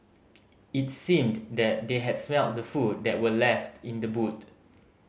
it seemed that they had smelt the food that were left in the boot